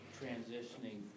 transitioning